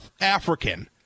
African